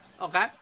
Okay